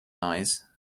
eyes